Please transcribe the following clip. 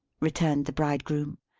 returned the bridegroom.